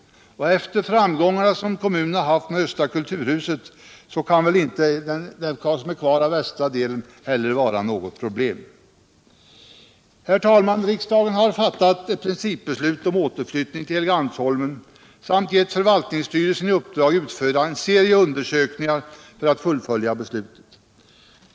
och efter framgångarna som kommunen haft med Östra kulturhuset kan det som är kvar av den västra delen inte vara något problem. Herr talman! Riksdagen har fattat principbeslut om återflyttning till Helgeandsholmen samt givit förvaltningsstyrelsen i uppdrag att utföra en serie undersökningar för att fullfölja beslutet.